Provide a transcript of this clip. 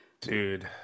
Dude